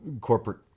corporate